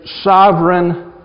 Sovereign